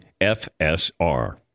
FSR